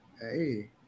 Hey